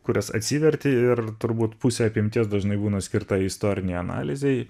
kurias atsiverti ir turbūt pusė apimties dažnai būna skirta istorinei analizei